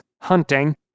hunting